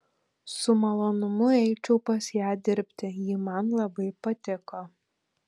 su malonumu eičiau pas ją dirbti ji man labai patiko